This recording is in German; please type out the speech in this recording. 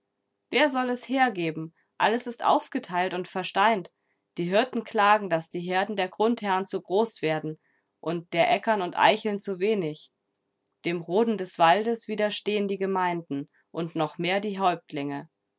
wer soll es hergeben alles ist aufgeteilt und versteint die hirten klagen daß die herden der grundherren zu groß werden und der eckern und eicheln zu wenig dem roden des waldes widerstehen die gemeinden und noch mehr die häuptlinge